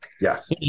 Yes